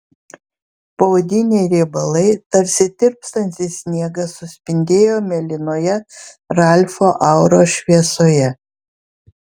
poodiniai riebalai tarsi tirpstantis sniegas suspindėjo mėlynoje ralfo auros šviesoje